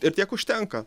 ir tiek užtenka